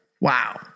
Wow